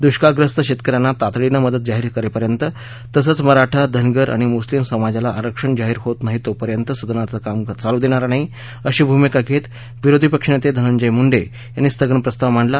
दुष्काळग्रस्त शेतकऱ्यांना तातडीनं मदत जाहीर करेपर्यंत तसंच मराठा धनगर आणि मुस्लिम समाजाला आरक्षण जाहीर होत नाही तोपर्यंत सदनाचं कामकाज चालू देणार नाही अशी भूमिका घेत विरोधी पक्षनेते धनंजय मुंडे यांनी स्थगन प्रस्ताव मांडला